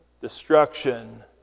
destruction